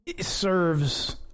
serves